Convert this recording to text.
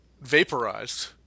vaporized